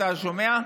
אתה שומע?